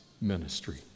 ministry